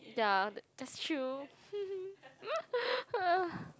ya that's true